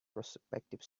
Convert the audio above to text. prospective